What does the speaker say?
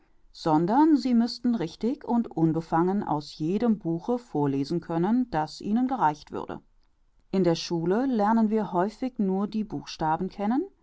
sondern sie müßten richtig und unbefangen aus jedem buche vorlesen können das ihnen gereicht würde in der schule lernen wir häufig nur die buchstaben kennen